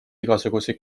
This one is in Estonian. igasuguseid